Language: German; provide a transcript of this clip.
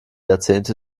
jahrzehnte